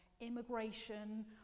immigration